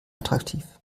attraktiv